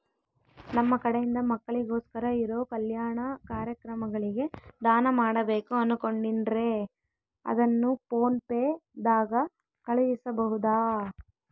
ನಮ್ಮ ಕಡೆಯಿಂದ ಮಕ್ಕಳಿಗೋಸ್ಕರ ಇರೋ ಕಲ್ಯಾಣ ಕಾರ್ಯಕ್ರಮಗಳಿಗೆ ದಾನ ಮಾಡಬೇಕು ಅನುಕೊಂಡಿನ್ರೇ ಅದನ್ನು ಪೋನ್ ಪೇ ದಾಗ ಕಳುಹಿಸಬಹುದಾ?